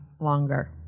longer